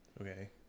Okay